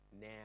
Now